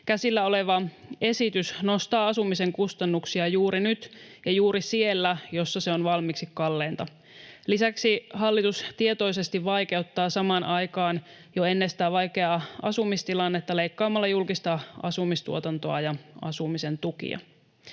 Käsillä oleva esitys nostaa asumisen kustannuksia juuri nyt ja juuri siellä, missä se on valmiiksi kalleinta. Lisäksi hallitus tietoisesti vaikeuttaa samaan aikaan jo ennestään vaikeaa asumistilannetta leikkaamalla julkista asumistuotantoa ja asumisen tukia.